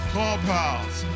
Clubhouse